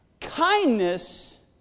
Kindness